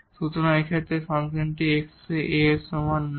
সুতরাং এই ক্ষেত্রে ফাংশনটি x এ A এর সমান নয়